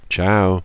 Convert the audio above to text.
Ciao